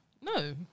No